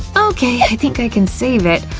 okay, i think, i can save it,